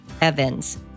Evans